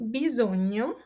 bisogno